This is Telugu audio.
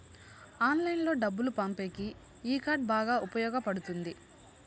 ఆన్లైన్లో డబ్బులు పంపేకి ఈ కార్డ్ బాగా ఉపయోగపడుతుంది